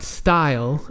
style